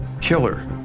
killer